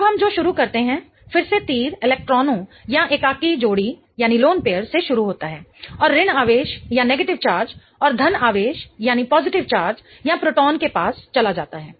अब हम जो शुरू करते हैं फिर से तीर इलेक्ट्रॉनों या एकाकी जोड़ी से शुरू होता है और ऋण आवेश और धन आवेश या प्रोटॉन के पास चला जाता है